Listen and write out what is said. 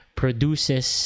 produces